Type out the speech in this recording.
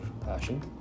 passion